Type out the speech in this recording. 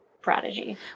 prodigy